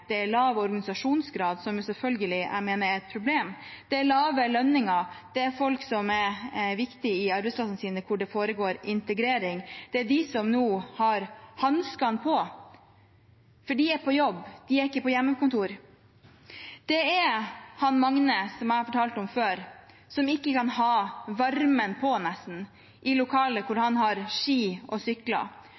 lav organisasjonsgrad, som jeg selvfølgelig mener er et problem. Det er lave lønninger, det er folk som er viktige på arbeidsplassene sine der det foregår integrering. Det er de som nå har hanskene på, for de er på jobb, de er ikke på hjemmekontor. Det er Magne, som jeg har fortalt om før, som nesten ikke kan ha varmen på i lokalet der han har ski og sykler,